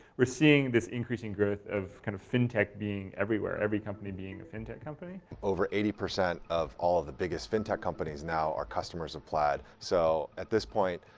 we're seeing this increasing growth of kind of fintech being everywhere. every company being fintech company. over eighty percent of all of the biggest fintech companies now are customers of plaid. so at this point,